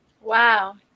Wow